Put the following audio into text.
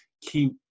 keep